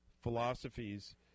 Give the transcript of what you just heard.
philosophies